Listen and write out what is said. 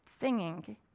singing